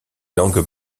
langues